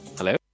Hello